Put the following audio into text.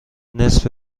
نصف